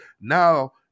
now